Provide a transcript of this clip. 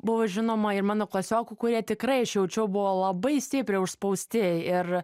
buvo žinoma ir mano klasiokų kurie tikrai aš jaučiau buvo labai stipriai užspausti ir